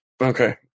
Okay